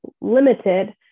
limited